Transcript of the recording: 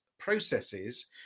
processes